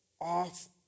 off